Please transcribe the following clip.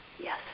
Yes